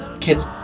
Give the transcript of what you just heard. kids